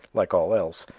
like all else,